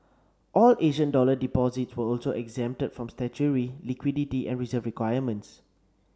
all Asian dollar deposits were also exempted from statutory liquidity and reserve requirements